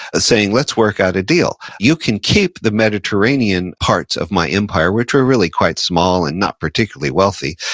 saying, let's work out a deal. you can keep the mediterranean parts of my empire, which are really quite small and not particularly wealthy,